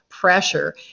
pressure